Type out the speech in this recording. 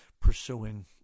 pursuing